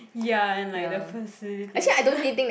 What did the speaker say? ya and like the facilities